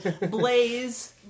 Blaze